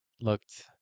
looked